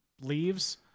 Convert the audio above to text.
leaves